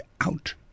out